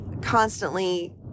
constantly